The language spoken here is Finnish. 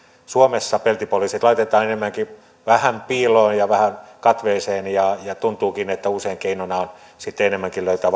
suomessa peltipoliisit laitetaan enemmänkin vähän piiloon ja vähän katveeseen ja ja tuntuukin että usein keinona on sitten enemmänkin löytää